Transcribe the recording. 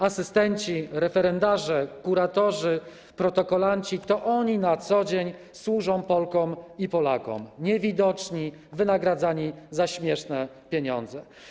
Asystenci, referendarze, kuratorzy, protokolanci - to oni na co dzień służą Polkom i Polakom, niewidoczni, pracujący za śmieszne pieniądze.